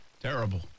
Terrible